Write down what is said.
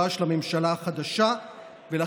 תשאל אותו במשרד הבריאות מה עשו, הבנתי.